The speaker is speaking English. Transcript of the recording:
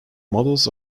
models